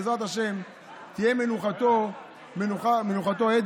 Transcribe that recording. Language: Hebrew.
בעזרת השם תהיה מנוחתו עדן.